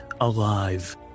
alive